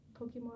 Pokemon